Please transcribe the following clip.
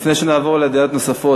לפני שנעבור לדעות נוספות,